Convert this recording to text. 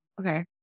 okay